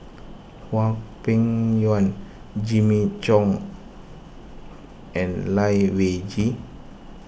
Hwang Peng Yuan Jimmy Chok and Lai Weijie